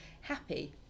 happy